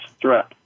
threat